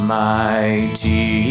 mighty